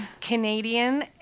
Canadian